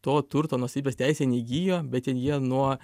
to turto nuosavybės teise neįgijo bet jie nuo